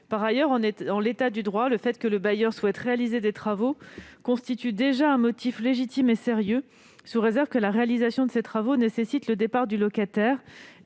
Par ailleurs, en l'état du droit, le fait que le bailleur souhaite réaliser des travaux constitue déjà un motif légitime et sérieux de congé, sous réserve que la réalisation de ces travaux nécessite le départ du locataire.